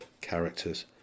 characters